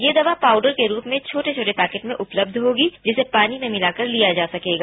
यह दवा पाउडर के रूप में छोटे छोटे पैकेट में उपलब्ध होगी जिसे पानी में मिलाकर लिया जा सकेगा